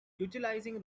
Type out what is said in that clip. utilizing